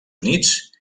units